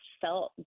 felt